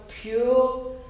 pure